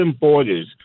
borders